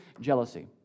jealousy